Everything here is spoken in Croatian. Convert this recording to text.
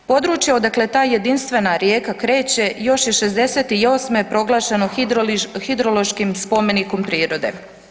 Područje odakle ta jedinstvena rijeka kreće, još je '68. proglašeno hidrološkim spomenikom prirode.